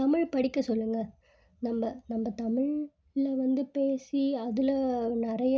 தமிழ் படிக்க சொல்லுங்க நம்ம நம்ம தமிழில் வந்து பேசி அதில் நிறைய